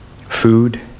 Food